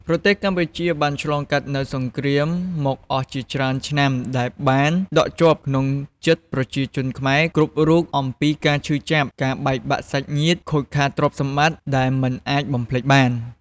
ប្រទេសកម្ពុជាបានឆ្លងកាត់នូវសង្រ្គាមមកអស់ជាច្រើនឆ្នាំដែលបានដកជាប់ក្នុងចិត្តប្រជាជនខ្មែរគ្រប់រូបអំពីការឈឺចាប់ ការបែកសាច់ញាតិ ខូចខាតទ្រព្យសម្បត្តិដែលមិនអាចបំភ្លេចបាន។